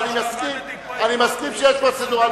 אני מסכים שיש פרוצדורה.